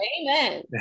Amen